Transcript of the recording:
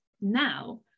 now